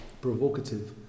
provocative